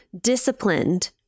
disciplined